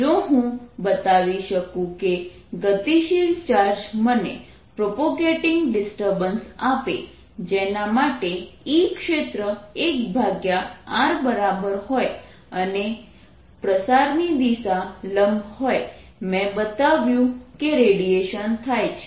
જો હું બતાવી શકું કે ગતિશીલ ચાર્જ મને પ્રોપગેટિંગ ડિસ્ટર્બન્સ આપે જેના માટે E ક્ષેત્ર 1r બરાબર હોય અને અને પ્રસારની દિશા લંબ હોય મેં બતાવ્યું કે રેડિયેશન થાય છે